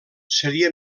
seria